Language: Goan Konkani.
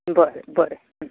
बरें बरें